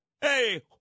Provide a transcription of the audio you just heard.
Hey